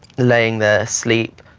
laying there, asleep.